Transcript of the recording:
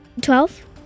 Twelve